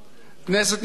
כנסת נכבדה,